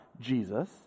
Jesus